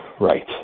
Right